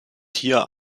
hier